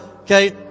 Okay